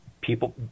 people